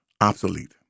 obsolete